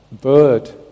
bird